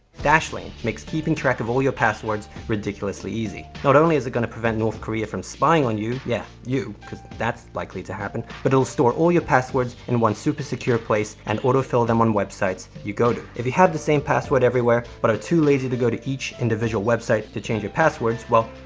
dashlane makes keeping track of all your passwords ridiculously easy. not only is it gonna prevent north korea from spying on you, yeah you, because that's likely to happen. but it'll store all your passwords in one super-secure place, and auto fill them on websites you go to. if you have the same password everywhere, but are too lazy to go to each individual website to change your passwords, well,